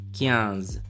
quinze